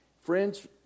Friends